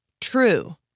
true